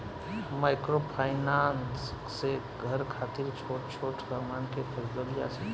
microfinance से घर खातिर छोट छोट सामान के खरीदल जा सकेला